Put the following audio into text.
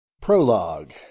prologue